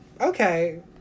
okay